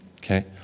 Okay